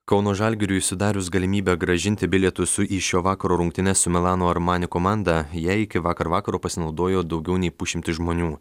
kauno žalgiriui sudarius galimybę grąžinti bilietus į šio vakaro rungtynes su milano armani komanda ją iki vakar vakaro pasinaudojo daugiau nei pusšimtis žmonių